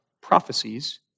prophecies